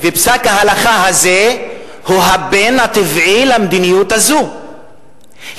פסק ההלכה הזה הוא הבן הטבעי למדיניות הזו,